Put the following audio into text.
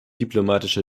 diplomatische